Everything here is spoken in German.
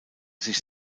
sich